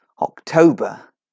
October